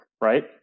right